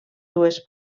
dues